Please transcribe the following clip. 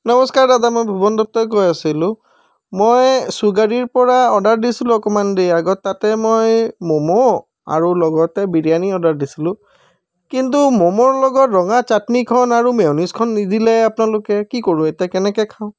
নমস্কাৰ দাদা মই ভূৱন দত্তই কৈ আছিলোঁ মই ছুগাৰীৰ পৰা অৰ্ডাৰ দিছিলোঁ অকণমাণ দেৰি আগত তাতে মই মমো আৰু লগতে বিৰিয়ানি অৰ্ডাৰ দিছিলোঁ কিন্তু মমোৰ লগত ৰঙা চাটনিখন আৰু মেয়'নিজখন নিদিলে আপোনালোকে কি কৰোঁ এতিয়া কেনেকৈ খাওঁ